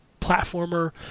platformer